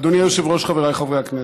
אדוני היושב-ראש, חבריי חברי הכנסת,